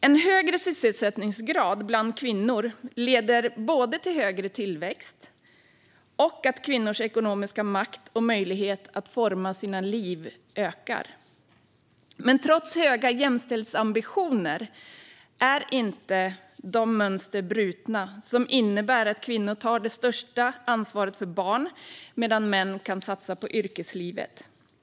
En högre sysselsättningsgrad bland kvinnor leder både till högre tillväxt och till att kvinnors ekonomiska makt och möjlighet att forma sina liv ökar. Men trots höga jämställdhetsambitioner är inte de mönster brutna som innebär att kvinnor tar det största ansvaret för barn, medan män kan satsa på yrkeslivet.